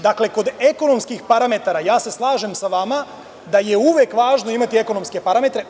Dakle, kod ekonomskih parametara, ja se slažem sa vama da je uvek važno imati ekonomske parametre.